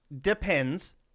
depends